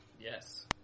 Yes